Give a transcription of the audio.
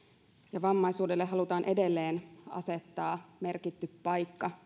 ja vammaisuudelle halutaan edelleen asettaa merkitty paikka